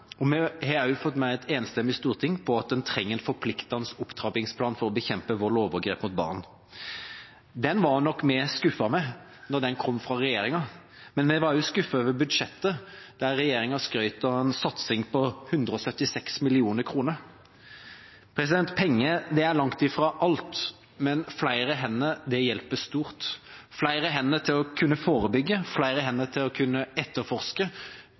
budsjettene. Vi har også fått et enstemmig storting med på at vi trenger en forpliktende opptrappingsplan for å bekjempe vold og overgrep mot barn. Den var nok vi skuffet over da den kom fra regjeringen. Men vi var også skuffet over budsjettet, der regjeringa skrøt av en satsing på 176 mill. kr. Penger er langt ifra alt, men flere hender er til stor hjelp – flere hender til å kunne forebygge, flere hender til å kunne etterforske,